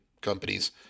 companies